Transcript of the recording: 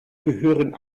gehören